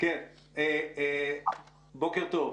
בוקר טוב,